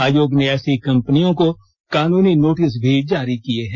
आयोग ने ऐसी कम्प नियों को कानूनी नोटिस भी जारी किए हैं